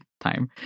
time